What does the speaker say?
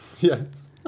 Yes